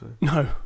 No